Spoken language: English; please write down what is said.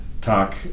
talk